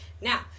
Now